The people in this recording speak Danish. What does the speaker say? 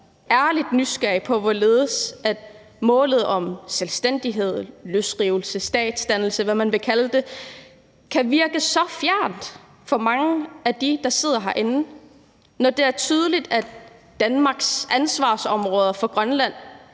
ærligt nysgerrig på at høre, hvorledes målet om selvstændighed, løsrivelse eller statsdannelse, eller hvad man vil kalde det, kan virke så fjernt for mange af dem, der sidder herinde, når det er tydeligt, at Danmarks ansvarsområder for Grønland